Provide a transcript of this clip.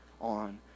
on